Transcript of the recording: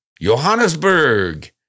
Johannesburg